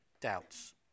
doubts